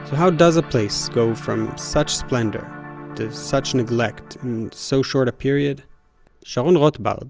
how does a place go from such splendor to such neglect in so short a period sharon rotbard.